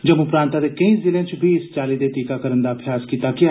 जम्मू प्रांत दे केई जिलें च बी इस चाल्ली दे टीकाकरण दा अभ्यास कीता गेआ